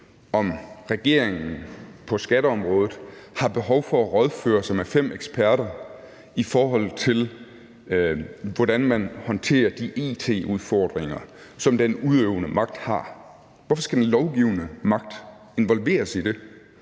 om regeringen på skatteområdet har behov for at rådføre sig med fem eksperter, i forhold til hvordan man håndterer de it-udfordringer, som den udøvende magt har. Hvorfor skal den lovgivende magt involveres i det?